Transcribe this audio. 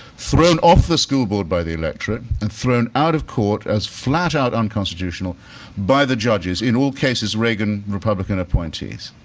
thrown off the school board by the electorate and thrown out of court as flat out unconstitutional by the judges, in all cases, reagan republican appointees.